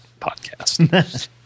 podcast